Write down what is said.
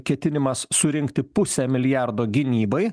ketinimas surinkti pusę milijardo gynybai